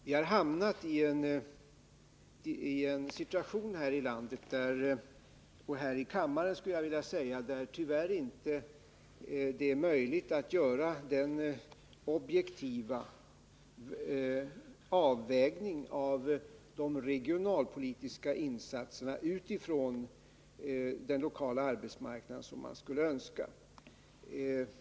Vi har hamnat i en situation här i landet — och här i kammaren, skulle jag vilja säga — där det tyvärr inte är möjligt att göra den objektiva avvägning av de regionalpolitiska insatserna med hänsyn till den lokala arbetsmarknaden som man skulle önska.